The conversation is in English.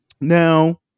Now